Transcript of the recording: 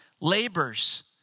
labors